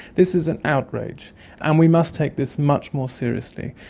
this is an outrage and we must take this much more seriously.